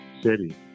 city